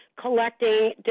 collecting